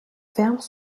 fermes